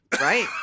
right